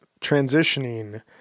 transitioning